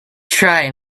try